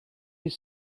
his